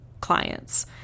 clients